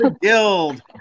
guild